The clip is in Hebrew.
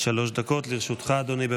עד שלוש דקות לרשותך, אדוני.